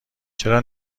چرا